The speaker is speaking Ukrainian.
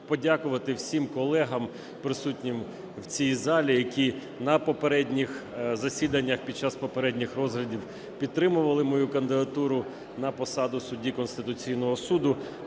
подякувати всім колегам, присутнім в цій залі, які на попередніх засіданнях під час попередніх розглядів підтримували мою кандидатуру на посаду судді Конституційного Суду.